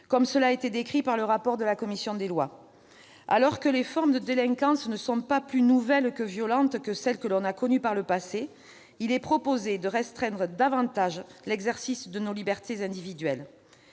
comme cela a été décrit par le rapport de la commission des lois. Alors que les formes de délinquance ne sont pas plus nouvelles ni plus violentes que celles que l'on a connues par le passé, il est proposé de restreindre davantage l'exercice de nos libertés individuelles.